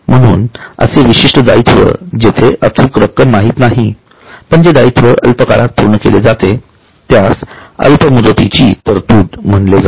म्हणून असे विशिष्ट दायित्व जिथे अचूक रक्कम माहित नाही पण ते दायित्व अल्प काळात पूर्ण केले जाते त्यास अल्प मुदतीची तरतूद म्हटले जाते